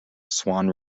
swan